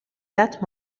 that